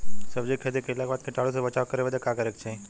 सब्जी के खेती कइला के बाद कीटाणु से बचाव करे बदे का करे के चाही?